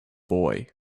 boy